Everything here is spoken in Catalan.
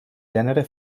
gènere